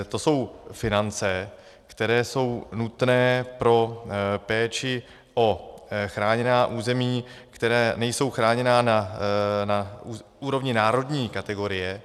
To jsou finance, které jsou nutné pro péči o chráněná území, která nejsou chráněná na úrovni národní kategorie.